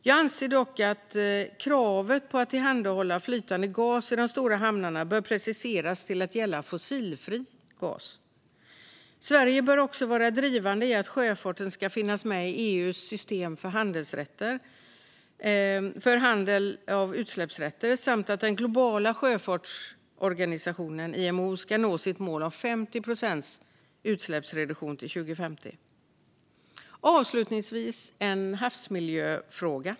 Jag anser dock att kravet på att tillhandahålla flytande gas i de stora hamnarna bör preciseras till att gälla fossilfri gas. Sverige bör också vara drivande i att sjöfarten ska finnas med i EU:s system för handel med utsläppsrätter samt att den globala sjöfartsorganisationen, IMO, ska nå sitt mål om 50 procents utsläppsreduktion till 2050. Avslutningsvis vill jag ta upp en havsmiljöfråga.